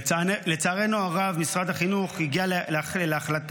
לצערנו הרב, משרד החינוך הגיע להחלטה